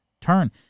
turn